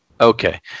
Okay